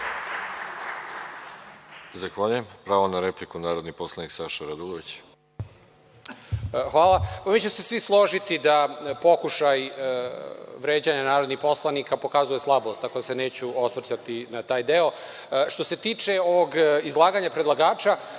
Hvala. Vi ćete se svi složiti da pokušaj vređanja narodnih poslanika pokazuje slabost, tako da se neću osvrtati na taj deo. Što se tiče izlaganja predlagača,